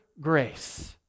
grace